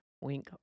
wink